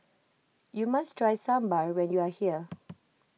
you must try Sambar when you are here